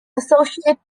associate